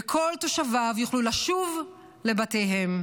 וכל תושביו יוכלו לשוב לבתיהם.